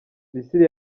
misiri